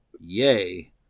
Yay